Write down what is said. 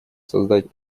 создать